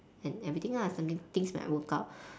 and everything lah I mean things might work out